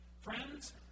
Friends